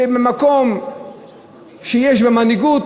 במנהיגות,